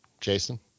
Jason